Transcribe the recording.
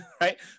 right